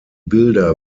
bilder